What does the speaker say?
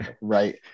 right